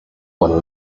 one